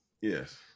Yes